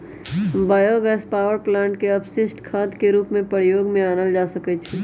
bio gas power plant के अपशिष्ट खाद के रूप में प्रयोग में आनल जा सकै छइ